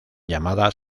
llamada